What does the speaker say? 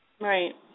Right